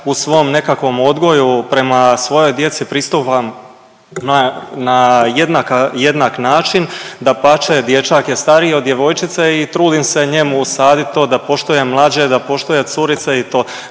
U svom nekakvom odgoju prema svojoj djeci pristupam na jednak, jednak način, dapače dječak je stariji od djevojčice i trudim se njemu usadit to da poštuje mlađe, da poštuje curice i to.